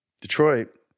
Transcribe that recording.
Detroit